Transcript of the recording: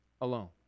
alone